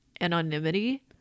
anonymity